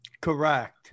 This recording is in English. Correct